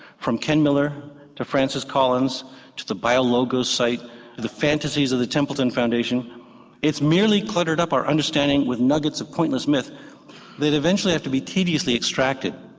from ken miller to francis collins to the biologo site, to the fantasies of the templeton foundation it's merely cluttered up our understanding with nuggets of pointless myth that eventually have to be tediously extracted.